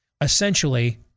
essentially